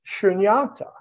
shunyata